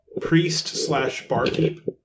priest-slash-barkeep